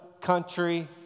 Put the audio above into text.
country